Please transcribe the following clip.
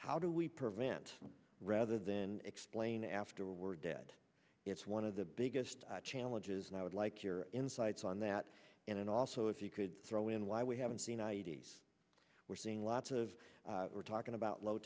how do we prevent rather than explain after we're dead it's one of the biggest challenges and i would like your insights on that and also if you could throw in why we haven't seen i d s we're seeing lots of we're talking about low